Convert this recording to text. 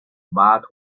bar